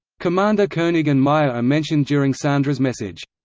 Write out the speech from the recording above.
commander koenig and maya are mentioned during sandra's message.